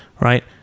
right